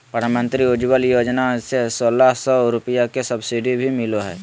प्रधानमंत्री उज्ज्वला योजना से सोलह सौ रुपया के सब्सिडी भी मिलो हय